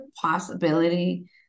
possibility